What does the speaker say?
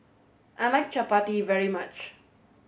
I like Chapati very much